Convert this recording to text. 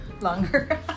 longer